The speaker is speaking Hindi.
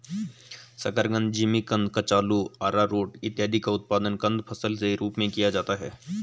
शकरकंद, जिमीकंद, कचालू, आरारोट इत्यादि का उत्पादन कंद फसल के रूप में किया जाता है